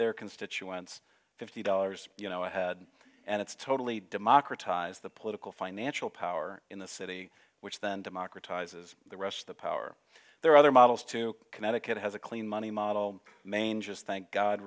their constituents fifty dollars you know ahead and it's totally democratized the political financial power in the city which then democratizes the rest of the power there are other models to connecticut has a clean money model manges thank god